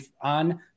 on